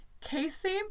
Casey